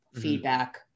feedback